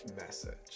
message